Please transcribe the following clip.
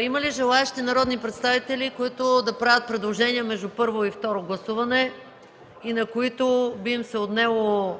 има ли желаещи народни представители, които да правят предложение между първо и второ гласуване и на които би им се отнело